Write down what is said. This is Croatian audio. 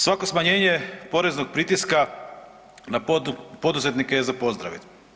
Svako smanjenje poreznog pritiska na poduzetnike je za pozdraviti.